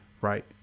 right